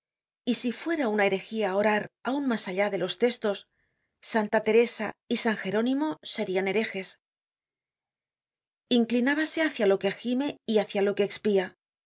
y si fuera una herejía orar aun mas allá de los testos santa teresa y san gerónimo serian herejes inclinábase hácia lo que gime y hácia lo que expían